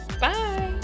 bye